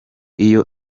iyo